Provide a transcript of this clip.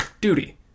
duty